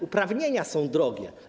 Uprawnienia są drogie.